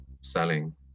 selling